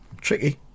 tricky